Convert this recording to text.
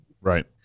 Right